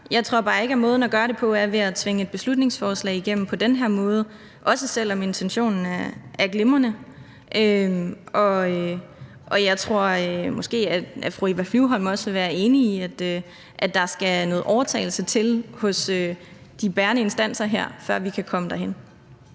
Jeg tror bare ikke, at måden at gøre det på er ved at tvinge et beslutningsforslag igennem, heller ikke selv om intentionen er glimrende. Jeg tror måske, at fru Eva Flyvholm også vil være enig i, at der skal noget overtalelse til hos de bærende instanser her, før vi kan komme derhen.